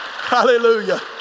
hallelujah